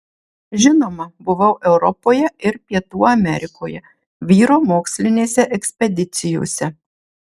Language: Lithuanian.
žinoma buvau europoje ir pietų amerikoje vyro mokslinėse ekspedicijose